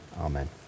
amen